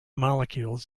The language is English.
molecules